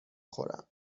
خورم